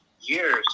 years